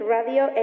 Radio